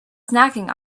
snacking